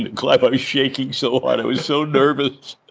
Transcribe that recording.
and i but was shaking so hard. i was so nervous